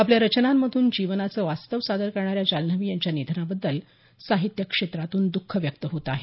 आपल्या रचनांमधून जीवनाचं वास्तव सादर करणाऱ्या जाल्हनवी यांच्या निधनाबद्दल साहित्य क्षेत्रातून दुःख व्यक्त होत आहे